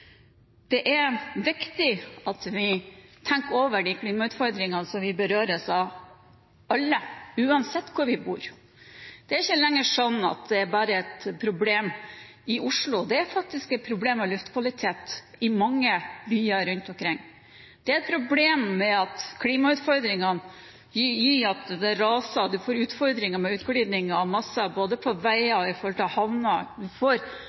Det er viktig at vi tenker over de klimautfordringene vi alle berøres av uansett hvor vi bor. Det er ikke lenger sånn at luftkvalitet bare er et problem i Oslo, det er faktisk et problem i mange byer rundt omkring. Det er problemer med klimautfordringene. Gitt at det raser – man får utfordringer med utglidninger av masser både på